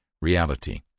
reality